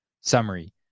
Summary